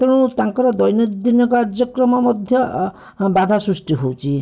ତେଣୁ ତାଙ୍କର ଦୈନଦିନ କାର୍ଯ୍ୟକ୍ରମ ମଧ୍ୟ ବାଧା ସୃଷ୍ଟି ହେଉଛି